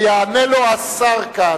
ויענה לו השר כץ.